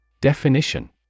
Definition